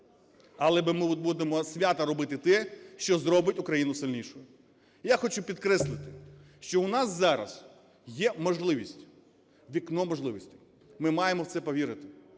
але ми будемо свято робити те, що зробить Україну сильнішою. Я хочу підкреслити, що в нас зараз є можливість, вікно можливості. Ми маємо в це повірити,